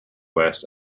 west